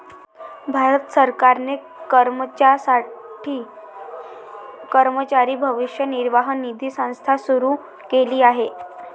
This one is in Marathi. भारत सरकारने कर्मचाऱ्यांसाठी कर्मचारी भविष्य निर्वाह निधी संस्था सुरू केली आहे